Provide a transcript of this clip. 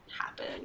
happen